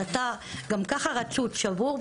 אז אתה גם כך רצוץ ושבור,